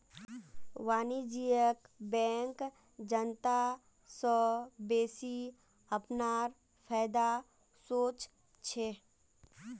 वाणिज्यिक बैंक जनता स बेसि अपनार फायदार सोच छेक